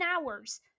hours